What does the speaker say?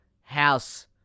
house